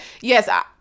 yes